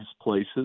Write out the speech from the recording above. places